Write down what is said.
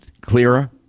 clearer